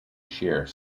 share